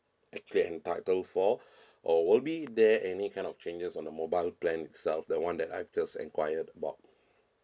actually entitled for or will be there any kind of changes on the mobile plan itself the one that I've just enquire about